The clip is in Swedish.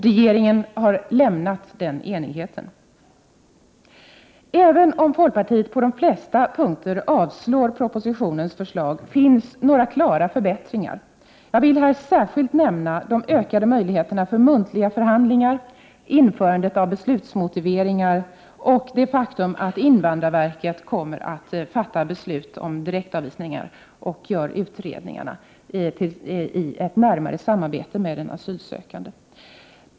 Regeringen har lämnat den enigheten. Även om folkpartiet på de flesta punkter avstyrker propositionens förslag, finns några klara förbättringar. Jag vill här särskilt nämna de ökade möjligheterna för muntliga förhandlingar, införandet av beslutsmotiveringar 19 Prot. 1988/89:125 och det faktum att invandrarverket kommer att fatta beslut om direktavvis ningar och göra utredningarna i ett närmare samarbete med den asylsökande.